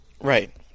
Right